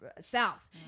south